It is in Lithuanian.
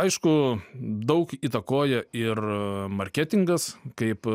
aišku daug įtakoja ir marketingas kaip